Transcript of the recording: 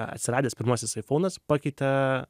atsiradęs pirmasis aifounas pakeitė